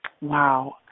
Wow